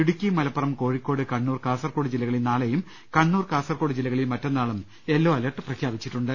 Idukki Malappuram Kozhikode Kannur Kasaragod ജില്ലകളിൽ നാളെയും കണ്ണൂർ കാസർകോട് ജില്ലകളിൽ മറ്റന്നാളും യെല്ലോ അലേർട്ട് പ്രഖ്യാപിച്ചിട്ടുണ്ട്